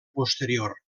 posterior